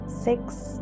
six